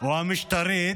או המשטרית.